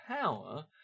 power